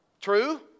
True